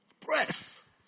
Press